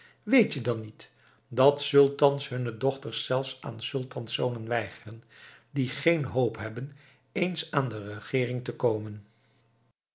weet je dan niet dat sultans hunne dochters zelfs aan sultanszonen weigeren die geen hoop hebben eens aan de regeering te komen